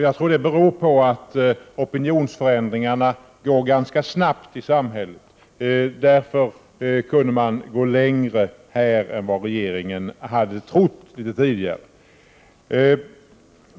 Jag tror att det beror på att opinionsförändringarna går ganska snabbt i samhället. Därför kunde man gå längre här än vad regeringen hade trott litet tidigare.